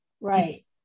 right